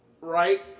right